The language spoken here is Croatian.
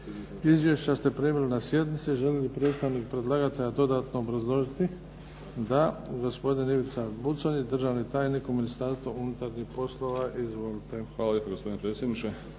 Izvješća ste primili na sjednici. Želi li predstavnik predlagatelja dodatno obrazložiti? Da. Gospodin Ivica Buconjić, državni tajnik u Ministarstvu unutarnjih poslova. Izvolite. **Buconjić, Ivica